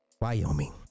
Wyoming